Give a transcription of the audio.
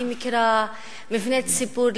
אני מכירה מבנה ציבור,